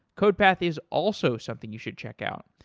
codepath is also something you should check out.